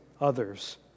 others